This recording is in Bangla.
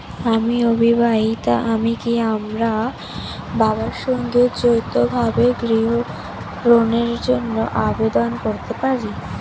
আমি অবিবাহিতা আমি কি আমার বাবার সঙ্গে যৌথভাবে গৃহ ঋণের জন্য আবেদন করতে পারি?